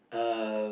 um